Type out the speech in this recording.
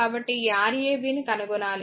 కాబట్టి ఈ Rab ని కనుగొనాలి